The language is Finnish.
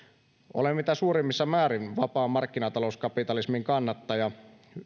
olen mitä suurimmissa määrin vapaan markkinatalouskapitalismin kannattaja